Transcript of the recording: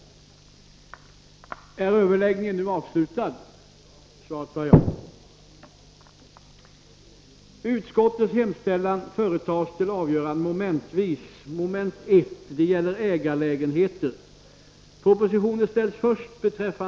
Vissa krav för er